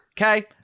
Okay